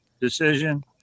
decision